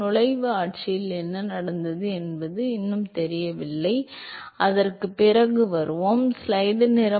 நுழைவு ஆட்சியில் என்ன நடந்தது என்பது இன்னும் தெரியவில்லை அதற்குப் பிறகு வருவோம்